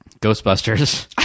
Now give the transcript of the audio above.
Ghostbusters